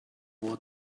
what